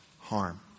harm